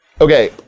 Okay